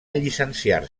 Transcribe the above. llicenciar